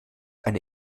eine